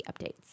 updates